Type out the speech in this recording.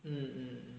mm mm